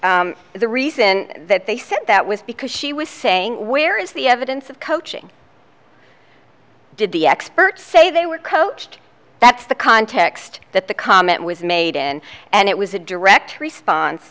and the reason that they said that was because she was saying where is the evidence of coaching did the expert say they were coached that's the context that the comment was made in and it was a direct response